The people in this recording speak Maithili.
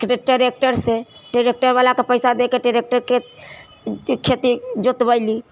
ट्रेक्टरसँ ट्रेक्टरवला के पैसा दै के ट्रेक्टरके खेती जोतबैली